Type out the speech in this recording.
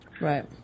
Right